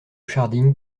scharding